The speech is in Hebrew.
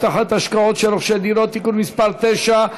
(הבטחת השקעות של רוכשי דירות) (תיקון מס' 9),